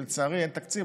ולצערי אין תקציב,